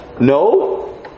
No